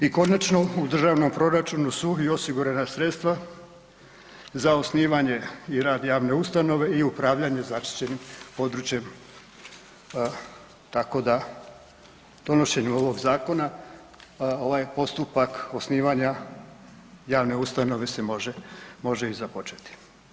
I konačno u državnom proračunu su i osigurana sredstva za osnivanje i rad javne ustanove i upravljanje zaštićenim područjem, tako da donošenje ovog zakona ovaj postupak osnivanja javne ustanove se može, može i započeti.